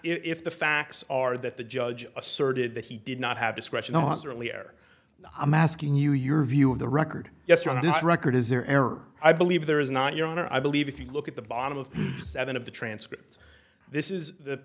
if the facts are that the judge asserted that he did not have discretion on us earlier i'm asking you your view of the record yesterday record is your error i believe there is not your honor i believe if you look at the bottom of seven of the transcripts this is th